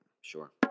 Sure